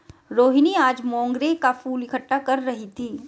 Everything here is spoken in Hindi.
रोहिनी आज मोंगरे का फूल इकट्ठा कर रही थी